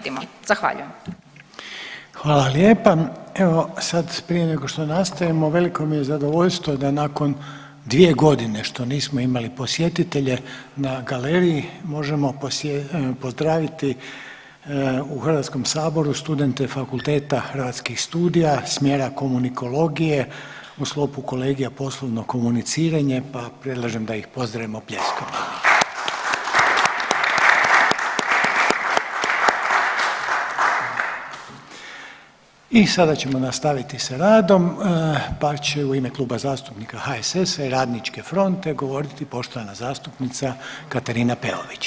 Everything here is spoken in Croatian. Evo sada prije nego što nastavimo veliko mi je zadovoljstvo da nakon dvije godine što nismo imali posjetitelje na galeriji možemo pozdraviti u Hrvatskom saboru studente Fakulteta hrvatskih studija smjera komunikologije u sklopu kolegija poslovno komuniciranje, pa predlažem da ih pozdravimo pljeskom. I sada ćemo nastaviti sa radom, pa će u ime Kluba zastupnika HSS-a i Radničke fronte govoriti poštovana zastupnica Katarina Peović.